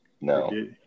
No